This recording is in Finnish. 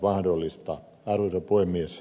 arvoisa puhemies